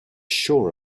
sure